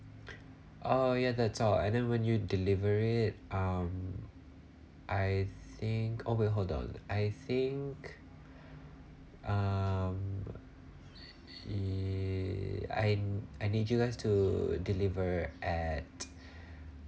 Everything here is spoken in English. oh yeah that's all and then when you deliver it um I think oh ya hold on I think um err I n~ I need you guys to deliver at